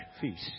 feast